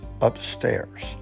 upstairs